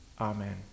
Amen